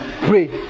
Pray